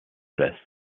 place